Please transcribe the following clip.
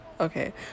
okay